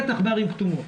בטח בערים כתומות.